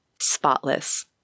Spotless